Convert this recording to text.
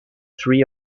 three